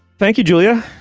thank you, julia.